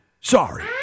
Sorry